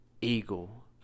Eagle